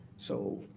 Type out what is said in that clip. so